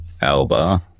Alba